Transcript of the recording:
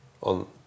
on